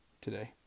today